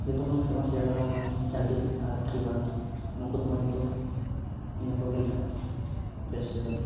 ᱡᱚᱛᱚ ᱠᱷᱚᱱ ᱯᱷᱮᱢᱟᱥ ᱡᱟᱭᱜᱟ ᱫᱚ ᱚᱱᱮ ᱪᱟᱹᱱᱰᱤᱞ ᱟᱨᱠᱤ ᱵᱟᱝ ᱢᱩᱠᱩᱴᱢᱚᱱᱤᱯᱩᱨ ᱤᱱᱟᱹ ᱠᱚᱜᱮ ᱱᱟᱦᱟᱜ ᱵᱮᱥ ᱡᱟᱭᱜᱟ ᱫᱚ